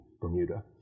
Bermuda